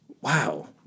wow